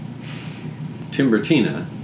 Timbertina